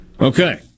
Okay